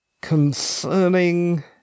concerning